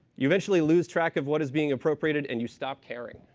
you eventually lose track of what is being appropriated and you stop caring.